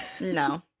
No